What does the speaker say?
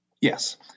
Yes